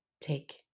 Take